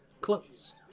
Close